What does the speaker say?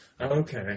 Okay